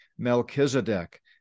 Melchizedek